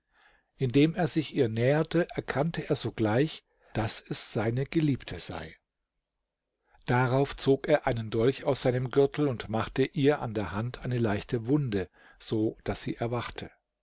indem er sich ihr näherte erkannte er sogleich daß es seine geliebte sei darauf zog er einen dolch aus seinem gürtel und machte ihr an der hand eine leichte wunde so daß sie erwachte